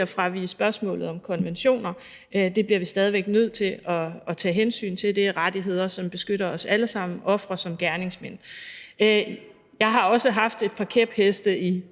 at fravige spørgsmålet om konventioner. Det bliver vi stadig væk nødt til at tage hensyn til – det er rettigheder, der beskytter os alle sammen, ofre såvel som gerningsmænd. Jeg har også haft et par kæpheste i